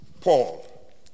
Paul